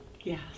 Yes